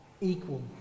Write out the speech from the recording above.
equal